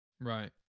Right